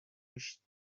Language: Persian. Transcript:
درشت